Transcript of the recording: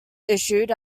issued